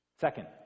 Second